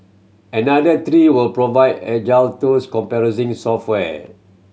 another three will provide agile tools comprising software